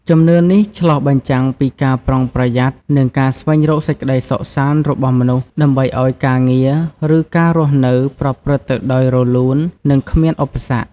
ជំនឿនេះឆ្លុះបញ្ចាំងពីការប្រុងប្រយ័ត្ន និងការស្វែងរកសេចក្តីសុខសាន្តរបស់មនុស្ស ដើម្បីឱ្យការងារ ឬការរស់នៅប្រព្រឹត្តទៅដោយរលូន និងគ្មានឧបសគ្គ។